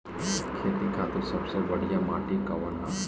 खेती खातिर सबसे बढ़िया माटी कवन ह?